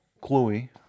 Chloe